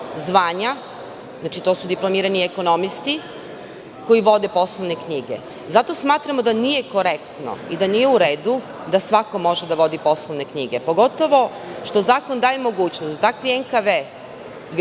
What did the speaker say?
zvanja, znači, to su diplomirani ekonomisti koji vode poslovne knjige. Zato smatramo da nije korektno i da nije u redu da svako može da vodi poslovne knjige, pogotovo što zakon daje mogućnost da takvi NKV građani